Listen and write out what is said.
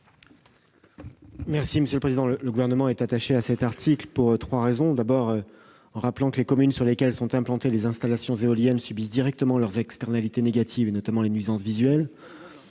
l'avis du Gouvernement ? Le Gouvernement est attaché à cet article pour trois raisons. D'abord, les communes sur lesquelles sont implantées les installations éoliennes subissent directement leurs externalités négatives, notamment les nuisances visuelles.